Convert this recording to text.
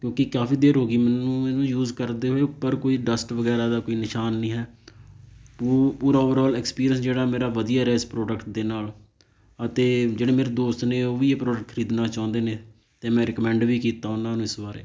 ਕਿਉਂਕਿ ਕਾਫੀ ਦੇਰ ਹੋ ਗਈ ਮੈਨੂੰ ਇਹਨੂੰ ਯੂਜ਼ ਕਰਦੇ ਹੋਏ ਉੱਪਰ ਕੋਈ ਡਸਟ ਵਗੈਰਾ ਦਾ ਕੋਈ ਨਿਸ਼ਾਨ ਨਹੀਂ ਹੈ ਪੂ ਪੂਰਾ ਓਵਰਆਲ ਐਕਸਪੀਰੀਅੰਸ ਜਿਹੜਾ ਮੇਰਾ ਵਧੀਆ ਰਿਹਾ ਇਸ ਪ੍ਰੋਡਕਟ ਦੇ ਨਾਲ ਅਤੇ ਜਿਹੜੇ ਮੇਰੇ ਦੋਸਤ ਨੇ ਉਹ ਵੀ ਇਹ ਪ੍ਰੋਡਕਟ ਖਰੀਦਣਾ ਚਾਹੁੰਦੇ ਨੇ ਅਤੇ ਮੈਂ ਰਿਕਮੈਂਡ ਵੀ ਕੀਤਾ ਉਹਨਾਂ ਨੂੰ ਇਸ ਬਾਰੇ